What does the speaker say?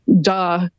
Duh